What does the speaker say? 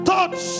Touch